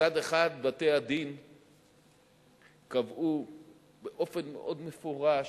מצד אחד בתי-הדין קבעו באופן מאוד מפורש,